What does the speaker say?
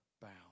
bound